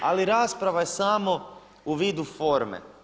Ali rasprava je samo u vidu forme.